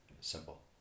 simple